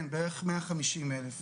כן, בערך 150 אלף.